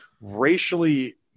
racially